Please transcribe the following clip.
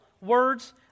words